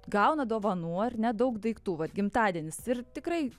gauna dovanų ar ne daug daiktų vat gimtadienis ir tikrai